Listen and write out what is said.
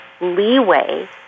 leeway